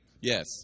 yes